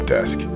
Desk